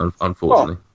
unfortunately